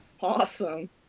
Awesome